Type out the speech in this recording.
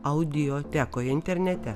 audiotekoj internete